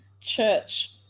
church